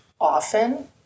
often